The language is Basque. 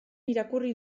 irakurri